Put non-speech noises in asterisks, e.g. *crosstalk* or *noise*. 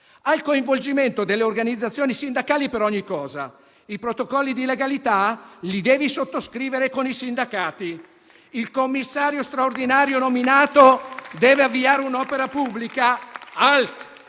al coinvolgimento delle organizzazioni sindacali per ogni cosa. I protocolli di legalità si devono sottoscrivere con i sindacati. *applause* Il commissario straordinario nominato deve avviare un'opera pubblica?